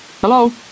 Hello